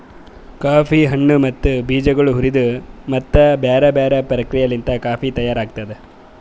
coffee ಹಣ್ಣು ಮತ್ತ ಬೀಜಗೊಳ್ ಹುರಿದು ಮತ್ತ ಬ್ಯಾರೆ ಬ್ಯಾರೆ ಪ್ರಕ್ರಿಯೆಲಿಂತ್ ಕಾಫಿ ತೈಯಾರ್ ಆತ್ತುದ್